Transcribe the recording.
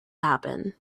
happen